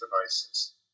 devices